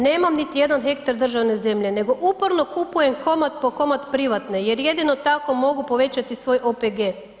Nemam niti jedan hektar državne zemlje nego uporno kupujem komad po komad privatne jer jedino tako mogu povećati svoj OPG.